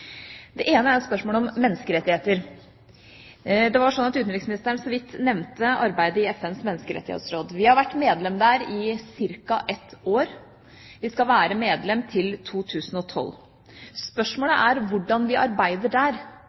Det ene er spørsmålet om menneskerettigheter. Utenriksministeren nevnte så vidt arbeidet i FNs menneskerettighetsråd. Vi har vært medlem der i ca. et år, vi skal være medlem til 2012. Spørsmålet er hvordan vi arbeider der,